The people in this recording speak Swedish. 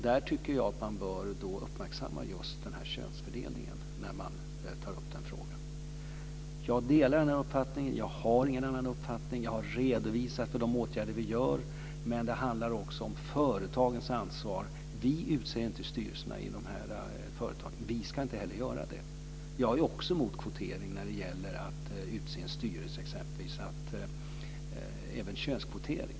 Där tycker jag att man bör uppmärksamma könsfördelningen när man tar upp den frågan. Jag delar den uppfattningen. Jag har ingen annan uppfattning. Jag har redovisat de åtgärder vi genomför, men det handlar också om företagens ansvar. Vi utser inte styrelserna i de här företagen, och vi ska inte heller göra det. Jag är också mot kvotering när det gäller att utse en styrelse, även mot könskvotering.